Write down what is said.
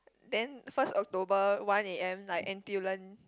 then first October one A_M like N_T_U Learn